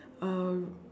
uh